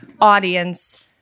audience